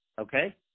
okay